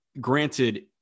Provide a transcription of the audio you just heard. granted